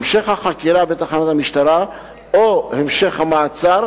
המשך החקירה בתחנת המשטרה או המשך המעצר,